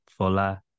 Fola